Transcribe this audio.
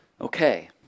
okay